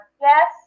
Yes